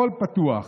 הכול פתוח.